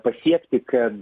pasiekti kad